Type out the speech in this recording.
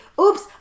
Oops